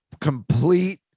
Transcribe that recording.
complete